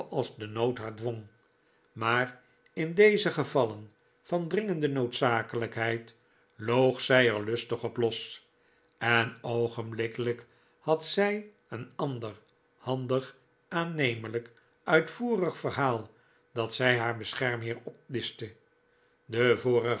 als de nood haar dwong maar in deze gevallen van dringende noodzakelijkheid loog zij er lustig op los en oogenblikkelijk had zij een ander handig aannemelijk uitvoerig verhaal dat zij haar beschermheer opdischte de